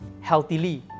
healthily